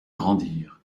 grandir